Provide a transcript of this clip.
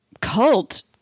cult